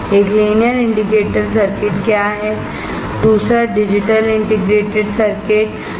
एक linear integrated circuit है और दूसरा डिजिटल इंटीग्रेटेड सर्किट है